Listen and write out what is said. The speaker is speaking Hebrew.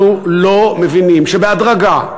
אנחנו לא מבינים שבהדרגה,